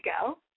go